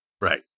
Right